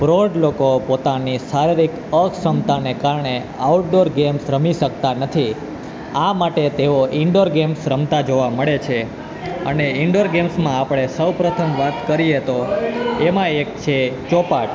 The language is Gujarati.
પ્રોઢ લોકો પોતાની શારીરિક અક્ષમતાને કારણે આઉટડોર ગેમ્સ રમી શકતા નથી આ માટે તેઓ ઇન્ડોર ગેમ્સ રમતાં જોવા મળે છે અને ઇન્ડોર ગેમ્સમાં આપણે સૌ પ્રથમ વાત કરીએ તો એમાં એક છે ચોપાટ